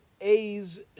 a's